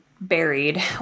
buried